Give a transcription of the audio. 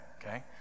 okay